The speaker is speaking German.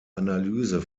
analyse